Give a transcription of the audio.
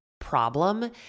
problem